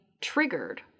triggered